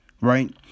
right